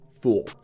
fool